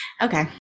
okay